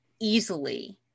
easily